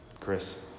Chris